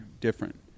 different